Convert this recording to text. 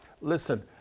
Listen